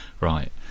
right